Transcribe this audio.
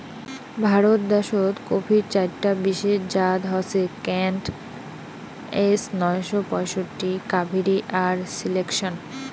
ভারত দেশ্ত কফির চাইরটা বিশেষ জাত হসে কেন্ট, এস নয়শো পঁয়ষট্টি, কাভেরি আর সিলেকশন